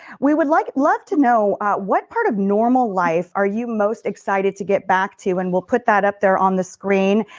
we would like love to know what part of normal life are you most excited to get back to? and we will put that up there on the screen.